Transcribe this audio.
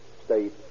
state